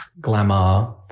glamour